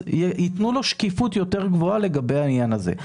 אז יתנו לו שקיפות יותר גבוהה לגבי העניין הזה.